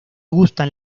gustan